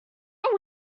are